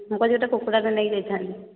ମୁଁ କହିଲି ଗୋଟିଏ କୁକୁଡ଼ାଟେ ନେଇଯାଇଥାନ୍ତି ଅଛି